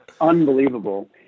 unbelievable